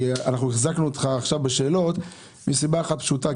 החזקנו אותך עכשיו עם השאלות מסיבה אחת פשוטה,